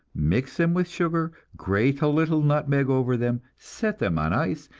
mix them with sugar, grate a little nutmeg over them, set them on ice,